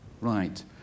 Right